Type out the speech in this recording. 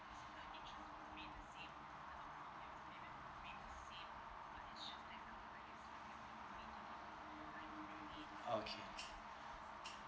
okay